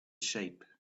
shape